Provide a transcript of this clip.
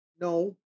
No